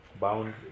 bound